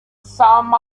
some